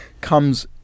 comes